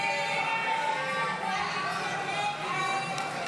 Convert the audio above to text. הסתייגות 32 לא נתקבלה.